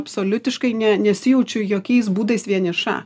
absoliutiškai ne nesijaučiu jokiais būdais vieniša